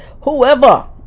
whoever